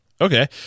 Okay